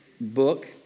book